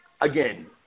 again